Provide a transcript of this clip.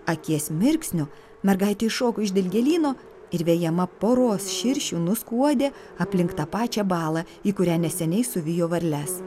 akies mirksniu mergaitė iššoko iš dilgėlyno ir vejama poros širšių nuskuodė aplink tą pačią balą į kurią neseniai suvijo varles